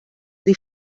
dir